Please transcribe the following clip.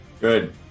good